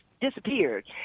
disappeared